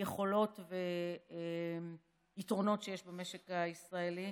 יכולות ויתרונות שיש במשק הישראלי.